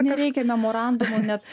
nereikia memorandumo net